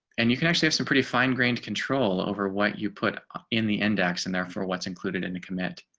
and you can actually have some pretty fine grained control over what you put in the index and therefore what's included into commit